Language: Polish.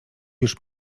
już